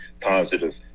positive